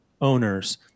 owners